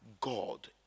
God